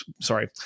sorry